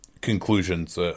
conclusions